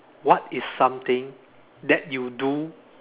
what is something that you do